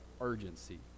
urgency